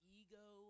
ego